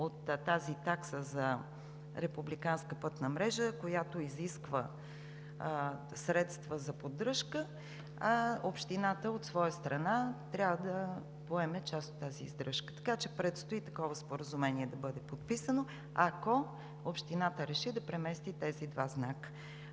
от тази такса за републиканска пътна мрежа, която изисква средства за поддръжка, а общината, от своя страна, трябва да поеме част от тази издръжка. Предстои да бъде подписано такова споразумение, ако общината реши да премести тези два знака.